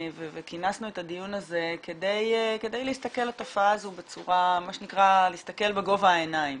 כינסנו את הדיון הזה כדי להסתכל על התופעה הזאת בגובה העיניים,